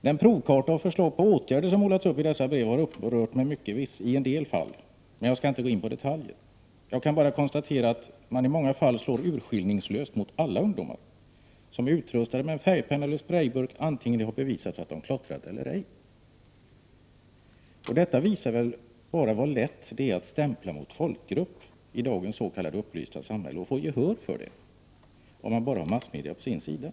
Den provkarta av förslag på åtgärder som målats upp i dessa brev har upprört mig mycket i en del fall, men jag skall inte gå in på detaljer. Jag kan bara konstatera att man i många fall slår urskiljningslöst mot alla ungdomar som är utrustade med en färgpenna eller sprejburk — antingen det har bevisats att de klottrat, eller ej. Detta visar bara vad lätt det är att stämpla mot folkgrupp i dagens s.k. upplysta samhälle och få gehör för det — om man bara har massmedia på sin sida.